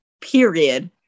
period